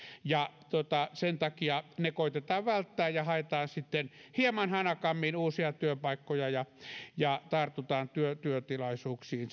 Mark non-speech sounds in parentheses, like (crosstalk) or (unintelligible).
ja sen takia ne koetetaan välttää ja haetaan sitten hieman hanakammin uusia työpaikkoja ja ja tartutaan työtilaisuuksiin (unintelligible)